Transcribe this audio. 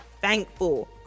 thankful